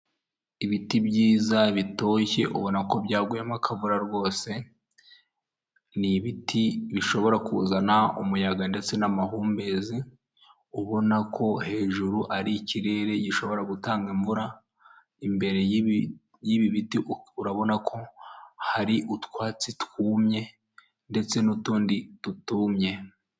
Serivisi za banki ya kigali zegerejwe abaturage ahanga baragaragaza uko ibikorwa biri kugenda bikorwa aho bagaragaza ko batanga serivisi zo kubika, kubikura, kuguriza ndetse no kwakirana yombi abakiriya bakagira bati murakaza neza.